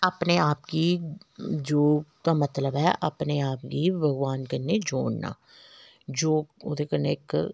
अपने आप गी योग दा मतलब ऐ अपने आप गी भगबान कन्नै जोड़ना योग ओह्दे कन्नै इक